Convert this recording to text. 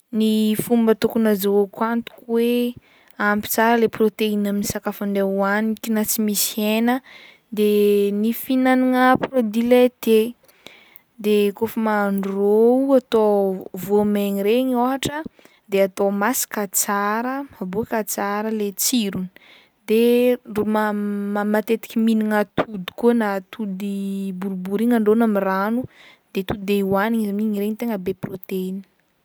Ny fomba tokony azahoako antoka hoe ampy tsara le proteinina amy sakafo andra- hoagniky na tsy misy hena de ny fihinagnana produit laitier de kaofa mahandro rô o atao voamaigny reny ôhatra de atao masaka tsara aboaka tsara lay tsirony de ndro- ma- ma- matetiky mihignana atody koa na atody boribory igny andrahoina amy rano de to de hohanigny izy amin'igny regny tegna be proteinina.